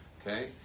Okay